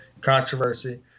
controversy